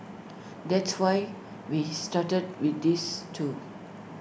that's why we started with these two